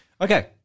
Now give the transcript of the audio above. Okay